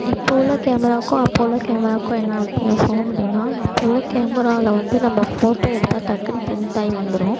இப்போது உள்ள கேமராவுக்கும் அப்போது உள்ள கேமராவுக்கும் என்ன வித்தியாசம் அப்படின்னா அப்போ உள்ள கேமராவில் வந்து நம்ம ஃபோட்டோ எடுத்தால் டக்குன்னு பிரிண்ட்டாகி வந்துடும்